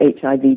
HIV